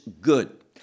good